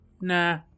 nah